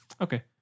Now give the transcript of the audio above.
Okay